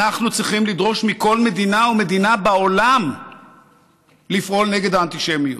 אנחנו צריכים לדרוש מכל מדינה ומדינה בעולם לפעול נגד האנטישמיות.